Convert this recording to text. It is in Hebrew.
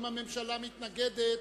אם הממשלה מתנגדת,